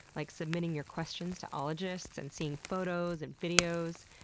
like submitting your questions to ologists and seeing photos and videos.